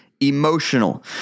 emotional